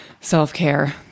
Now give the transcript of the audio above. self-care